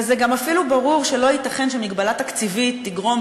וזה גם אפילו ברור שלא ייתכן שמגבלה תקציבית תגרום,